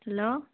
hello